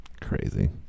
Crazy